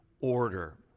order